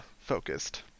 focused